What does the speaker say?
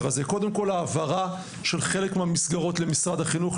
הזה: העברה של חלק מהמסגרות למשרד החינוך,